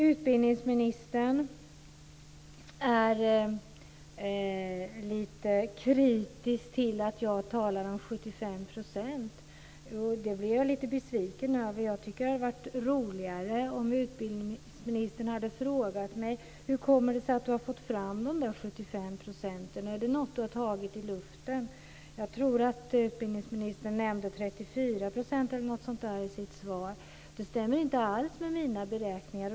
Utbildningsministern är kritisk till att jag talar om 75 %, och det blir jag lite besviken över. Jag tycker att det hade varit roligare om utbildningsministern hade frågat mig: Hur har du fått fram dessa 75 %? Är det något du har tagit ur luften? Utbildningsministern nämnde 34 % eller något sådant i sitt svar. Det stämmer inte alls med mina beräkningar.